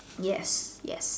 yes yes